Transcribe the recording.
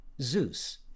Zeus